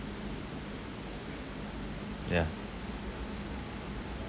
yeah